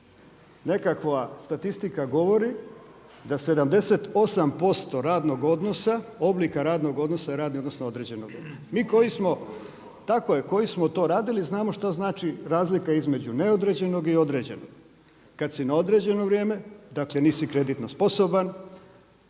Nekakva statistika govori da 78% radnog odnosa, oblika radnog odnosa je radni odnos na određeno vrijeme. Mi koji smo, tako je koji smo to radili znamo šta znači razlika između neodređenog i određenog. Kad si na određeno vrijeme, dakle nisi kreditno sposoban,